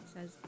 says